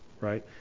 right